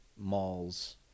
malls